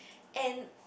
and